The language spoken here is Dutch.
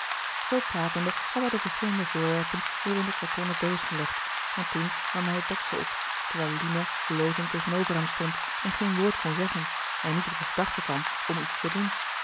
zoo pratende had hij de verschillende voorwerpen weer in de kartonnen doos gelegd en toen nam hij het deksel op terwijl lina blozend tegenover hem stond en geen woord kon zeggen en niet op de gedachte kwam om iets te doen